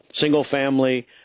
single-family